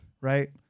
Right